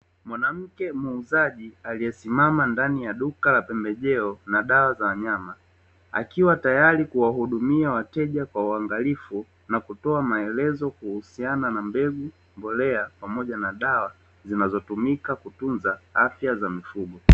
Mwanamke muuzaji aliyesimama ndani ya duka la pembejeo na dawa za wanyama akiwa tayari kuwahudumia wateja kwa uangalifu na kutoa maelezo kuhusiana na mbegu, mbolea pamoja na dawa zinazotumika kutunza afya za mifugo.